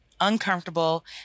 uncomfortable